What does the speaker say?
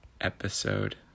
episode